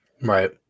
Right